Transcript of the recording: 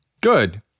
Good